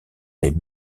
les